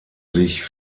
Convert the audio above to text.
sich